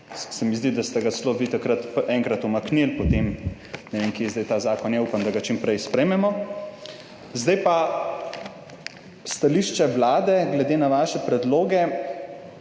se mi zdi, da ste ga celo vi takrat enkrat umaknili, potem ne vem kje je zdaj ta zakon je - upam, da ga čim prej sprejmemo. Zdaj pa stališče Vlade glede na vaše predloge: